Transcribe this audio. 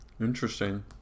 Interesting